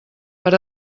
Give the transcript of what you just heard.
per